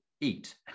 eat